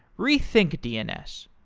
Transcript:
rethink dns,